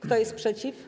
Kto jest przeciw?